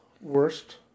worst